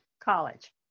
college